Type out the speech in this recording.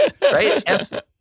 right